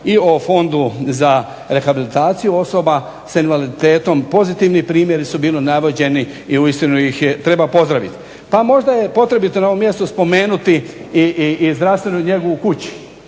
i o Fondu za rehabilitaciju osobe sa invaliditetom, pozitivni primjeri su bili navođeni i uistinu ih treba pozdraviti. Pa možda je potrebito na ovom mjestu spomenuti i zdravstvenu njegu u kući.